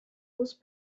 was